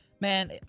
Man